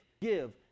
give